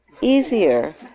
easier